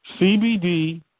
CBD